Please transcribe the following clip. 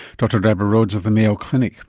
dr deborah rhodes of the mayo clinic.